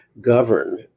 govern